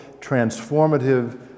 transformative